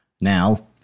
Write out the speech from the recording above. now